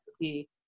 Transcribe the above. see